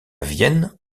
vienne